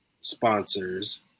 sponsors